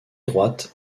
droite